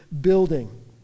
building